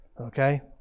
Okay